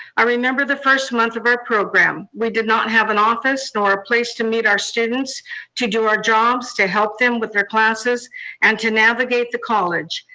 i remember the first month of our program, we did not have an office, nor a place to meet our students to do our jobs, to help them with their classes and to navigate the college.